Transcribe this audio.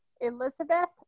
Elizabeth